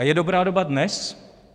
A je dobrá doba dnes?